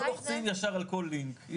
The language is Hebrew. לא לוחצים ישר על כל לינק.